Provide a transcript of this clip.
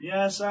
Yes